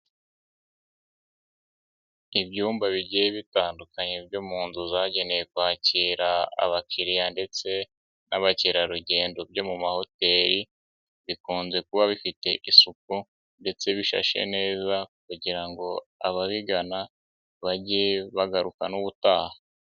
Ibyumba bigiye bitandukanye byo mu nzu zagenewe kwakira abakiriya ndetse n'abakerarugendo byo mu mahoteli, bikunze kuba bifite isuku ndetse bishashe neza kugira ngo ababigana bajye bagaruka n'ubutaha.